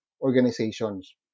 organizations